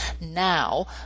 now